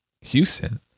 Houston